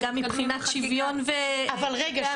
גם מבחינת שוויון --- אבל רגע,